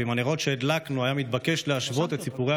ועם הנרות שהדלקנו היה מתבקש להשוות לסיפורי